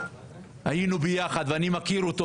היינו ביחד ואני מכיר אותו.